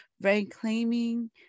reclaiming